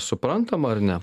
suprantama ar ne